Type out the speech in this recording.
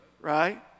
right